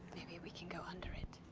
maybe we can go under it.